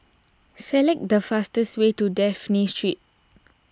select the fastest way to Dafne Street